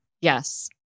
Yes